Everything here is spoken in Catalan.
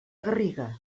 garriga